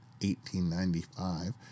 1895